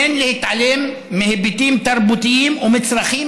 אין להתעלם מהיבטים תרבותיים ומצרכים